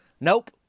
Nope